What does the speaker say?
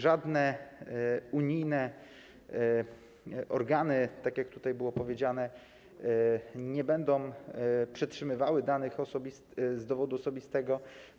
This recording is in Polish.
Żadne unijne organy, tak jak tutaj było powiedziane, nie będą przetrzymywały danych z dowodu osobistego.